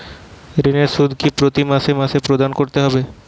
ঋণের সুদ কি প্রতি মাসে মাসে প্রদান করতে হবে?